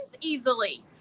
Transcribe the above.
easily